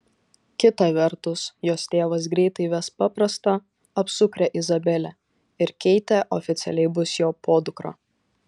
kita vertus jos tėvas greitai ves paprastą apsukrią izabelę ir keitė oficialiai bus jo podukra